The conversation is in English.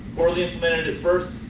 poorly implemented at first,